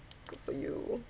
good for you